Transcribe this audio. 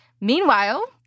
Meanwhile